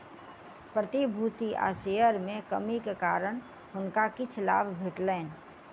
प्रतिभूति आ शेयर में कमी के कारण हुनका किछ लाभ भेटलैन